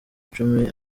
icumi